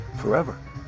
forever